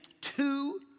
two